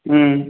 ம்